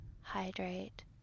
Hydrate